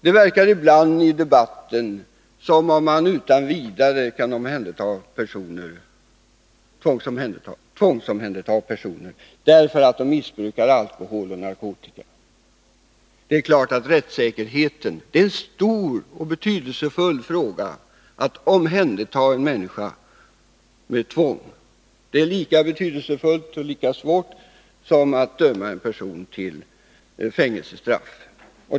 Det verkar ibland i debatten som om man utan vidare skulle kunna tvångsomhänderta personer, därför att de missbrukar alkohol eller narkotika. Det är självfallet en stor och betydelsefull sak att omhänderta en människa med tvång. Det är lika betydelsefullt och lika svårt som att döma en person till fängelse.